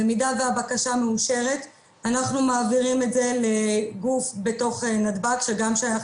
במידה שהבקשה מאושרת אנחנו מעבירים את זה לגוף בתוך נתב"ג שגם שייך